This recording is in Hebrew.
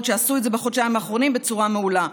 שעשו את זה בחודשיים באחרונים בצורה מעולה.